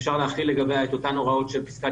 אפשר להחיל לגביה את אותן הוראות של פסקת